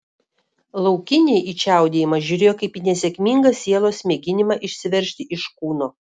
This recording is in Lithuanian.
laukiniai į čiaudėjimą žiūrėjo kaip į nesėkmingą sielos mėginimą išsiveržti iš kūno